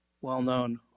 well-known